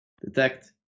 detect